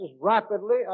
rapidly